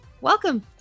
Welcome